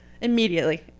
immediately